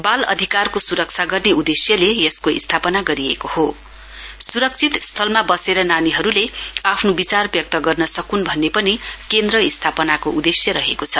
बाल अधिकारको सुरक्षा गर्ने उदेश्यले यसको स्थापना गरिएको हो सुरक्षित स्थलमा बसेर नानीहरूले आफ्नो विचार व्यक्ति गर्न सक्न भन्ने पनि केन्द्र स्थापनाको उदेश्य रहेको छ